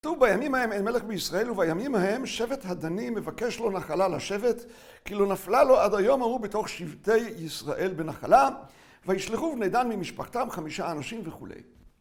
כתוב בימים ההם אין מלך בישראל, ובימים ההם שבט הדני מבקש לו נחלה לשבת, כי לא נפלה לו עד היום ההוט בתוך שבטי ישראל בנחלה, וישלחו בני דן ממשפחתם חמישה אנשים וכולי.